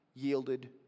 Yielded